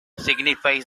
signifies